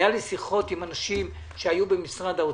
היו לי שיחות עם אנשים שהיו במשרד האוצר,